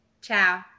Ciao